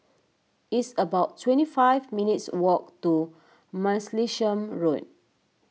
it's about twenty five minutes' walk to Martlesham Road